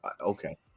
Okay